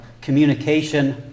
communication